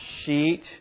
sheet